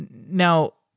and now,